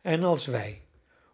en als wij